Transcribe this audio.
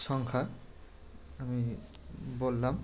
সংখ্যা আমি বললাম